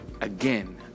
again